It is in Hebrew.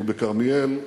הוא בכרמיאל,